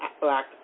black